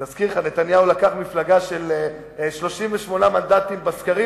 אני מזכיר לך שנתניהו לקח מפלגה של 38 מנדטים בסקרים